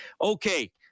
Okay